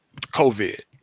COVID